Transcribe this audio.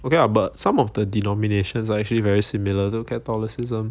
okay lah but some of the denominations are actually very similar to catholicism